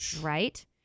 Right